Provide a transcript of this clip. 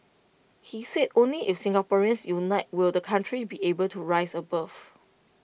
he said only if Singaporeans unite will the country be able to rise above